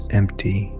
empty